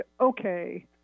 okay